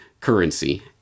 currency